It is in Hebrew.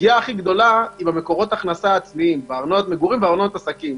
הפגיעה הכי גדולה היא בארנונת מגורים וארנונת עסקים,